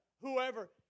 whoever